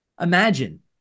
Imagine